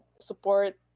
support